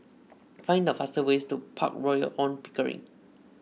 find the fastest ways to Park Royal on Pickering